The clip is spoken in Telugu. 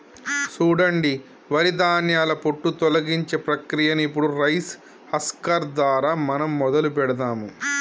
సూడండి వరి ధాన్యాల పొట్టు తొలగించే ప్రక్రియను ఇప్పుడు రైస్ హస్కర్ దారా మనం మొదలు పెడదాము